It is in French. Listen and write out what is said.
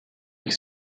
avec